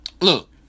Look